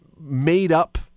made-up